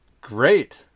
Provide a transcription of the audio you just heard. Great